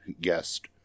guest